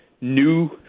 new